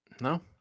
No